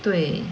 对